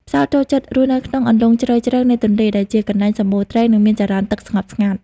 ផ្សោតចូលចិត្តរស់នៅក្នុងអន្លង់ជ្រៅៗនៃទន្លេ ដែលជាកន្លែងសម្បូរត្រី និងមានចរន្តទឹកស្ងប់ស្ងាត់។